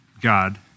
God